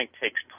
takes